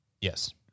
Yes